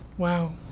Wow